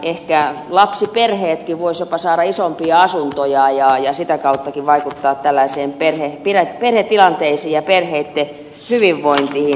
ehkä lapsiperheetkin voisivat jopa saada isompia asuntoja ja sitäkin kautta vaikutettaisiin tällaisiin perhetilanteisiin ja perheiden hyvinvointiin